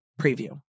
preview